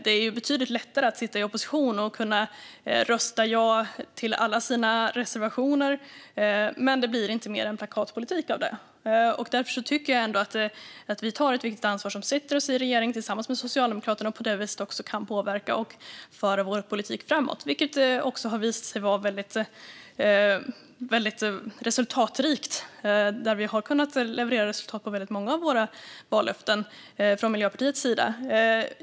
Det är betydligt lättare att sitta i opposition och kunna rösta ja till alla sina reservationer. Men det blir inte mer än plakatpolitik av det. Vi tar ett riktigt ansvar som sätter oss i en regering tillsammans med Socialdemokraterna och därigenom kan påverka och föra vår politik framåt. Det har visat sig resultatrikt, och vi har kunnat leverera på många av Miljöpartiets vallöften.